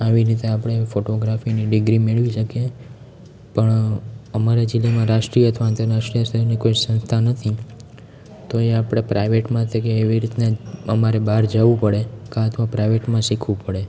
આવી રીતે આપણે ફોટોગ્રાફીની ડિગ્રી મેળવી શકીએ પણ અમારા જીલ્લામાં રાષ્ટ્રીય અથવા અંતરરાષ્ટ્રીય સ્તરની કોઈ સંસ્થા નથી તો એ આપળે પ્રાઈવેટ માથે કે કોઈ એવી રીતના જ અમારે બાર જાવું પડે કા અથવા પ્રાઈવેટમાં શીખવું પડે